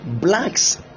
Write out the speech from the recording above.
Blacks